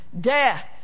death